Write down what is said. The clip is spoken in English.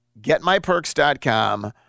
getmyperks.com